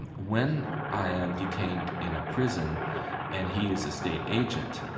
and when i am detained in a prison and he is a state agent,